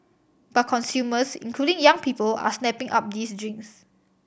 but consumers including young people are snapping up these drinks